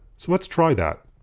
so let's try that.